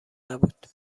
نبود